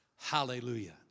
Hallelujah